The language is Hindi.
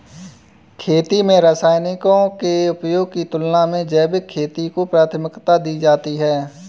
खेती में रसायनों के उपयोग की तुलना में जैविक खेती को प्राथमिकता दी जाती है